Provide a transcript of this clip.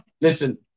Listen